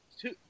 two